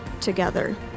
together